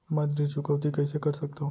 मैं ऋण चुकौती कइसे कर सकथव?